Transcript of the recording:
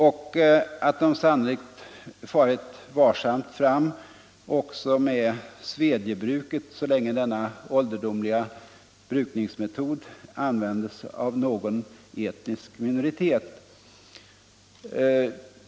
Man har sannolikt också farit varsamt fram med svedjebruket, så länge denna ålderdomliga brukningsmetod använts av någon etnisk minoritet.